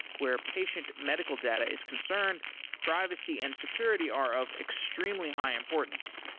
where patient medical data is concerned, privacy and security are of extremely high importance.